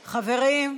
חברים,